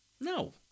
no